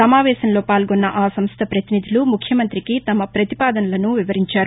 సమావేశంలో పాల్గొన్న ఆ సంస్థ పతినిధులు ముఖ్యమంతికి తమ పతిపాదనలను వివరించారు